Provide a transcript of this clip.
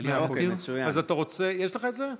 יש לך את זה?